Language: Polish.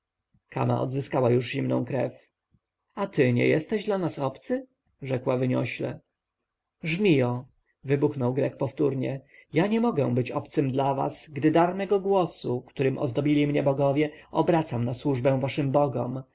kama odzyskała już zimną krew a ty nie jesteś dla nas obcy rzekła wyniośle żmijo wybuchnął grek powtórnie ja nie mogę być obcym dla was gdy dar mego głosu którym ozdobili mnie bogowie obracam na służbę waszym bogom